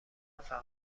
فقط